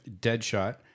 Deadshot